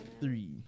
three